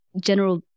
General